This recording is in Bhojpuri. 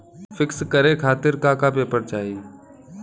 पिक्कस करे खातिर का का पेपर चाही?